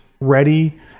ready